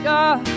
God